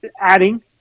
adding